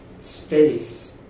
Space